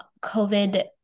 covid